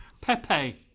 pepe